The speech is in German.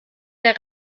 der